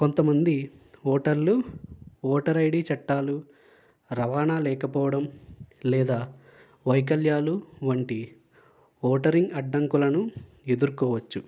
కొంతమంది ఓటర్లు voter ID చట్టాలు రవాణా లేకపోవడం లేదా వైకల్యాలు వంటి ఓటరింగ్ అడ్డంకులను ఎదుర్కోవచ్చు